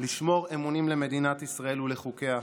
לשמור אמונים למדינת ישראל ולחוקיה,